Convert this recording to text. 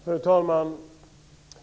Fru talman!